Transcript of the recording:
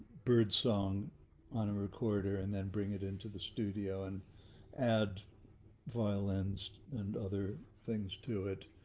birdsong on a recorder and then bring it into the studio and add violins and other things to it.